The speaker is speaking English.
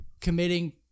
committing